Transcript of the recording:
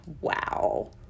wow